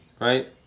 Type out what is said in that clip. right